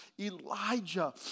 Elijah